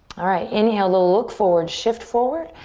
alright, inhale to look forward, shift forward.